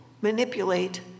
manipulate